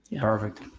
Perfect